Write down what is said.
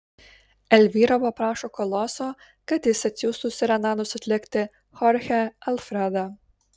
elvyra paprašo koloso kad jis atsiųstų serenados atlikti chorchę alfredą